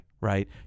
right